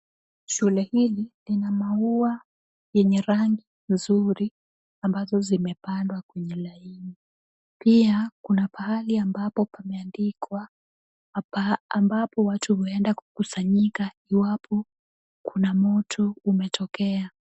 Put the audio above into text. Shule hili lina maua lenye rangi nzuri ambazo zimepangwa kwenye laini. Pia kuna pahali ambapo watu huenda kukusanyika iwapo moto umetokea.